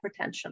hypertension